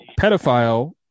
pedophile